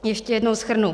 Ještě jednou shrnu.